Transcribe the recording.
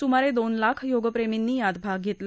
सुमारे दोन लाख योगप्रेमींनी यात भाग घेतला